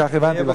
כך הבנתי,